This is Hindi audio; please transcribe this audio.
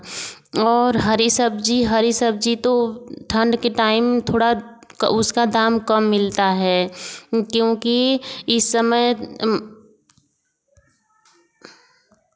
और हरी सब्ज़ी हरी सब्ज़ी तो ठंड के टाइम थोड़ा क उसका दाम कम मिलता है क्योंकि इस समय